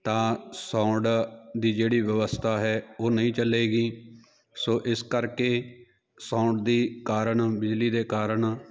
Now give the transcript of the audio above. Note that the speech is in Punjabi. ਤਾਂ ਸਾਊਂਡ ਦੀ ਜਿਹੜੀ ਵਿਵਸਥਾ ਹੈ ਉਹ ਨਹੀਂ ਚੱਲੇਗੀ ਸੋ ਇਸ ਕਰਕੇ ਸਾਊਂਡ ਦੇ ਕਾਰਨ ਬਿਜਲੀ ਦੇ ਕਾਰਨ